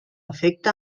efecte